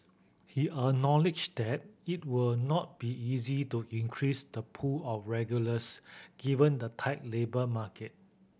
he acknowledged that it will not be easy to increase the pool of regulars given the tight labour market